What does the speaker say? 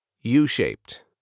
U-shaped